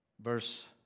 verse